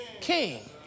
king